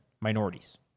minorities